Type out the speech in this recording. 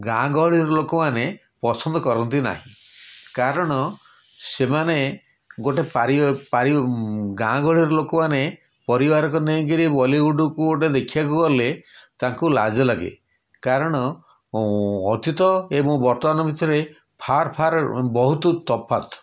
ଗାଁ ଗହଳିର ଲୋକମାନେ ପସନ୍ଦ କରନ୍ତି ନାହିଁ କାରଣ ସେମାନେ ଗୋଟେ ପାରି ପାରି ଗାଁ ଗହଳିର ଲୋକମାନେ ପରିବାରକୁ ନେଇକି ବଲିଉଡ଼କୁ ଗୋଟେ ଦେଖିବାକୁ ଗଲେ ତାଙ୍କୁ ଲାଜ ଲାଗେ କାରଣ ଅତୀତ ଏବଂ ବର୍ତ୍ତମାନ ଭିତରେ ଫାର ଫାର ବହୁତ ତଫାତ୍